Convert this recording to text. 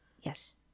Yes